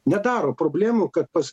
nedaro problemų kad pas